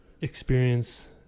experience